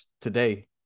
today